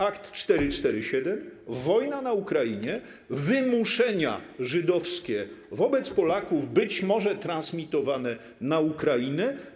Akt 447, wojna na Ukrainie, wymuszenia żydowskie wobec Polaków, być może transmitowane na Ukrainę.